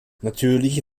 natürlich